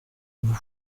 vous